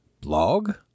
blog